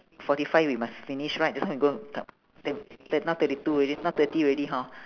forty five we must finish right just now can go th~ th~ thir~ now thirty two already now thirty already hor